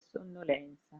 sonnolenza